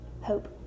hope